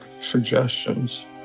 suggestions